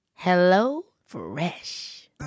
HelloFresh